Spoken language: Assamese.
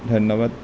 ধন্যবাদ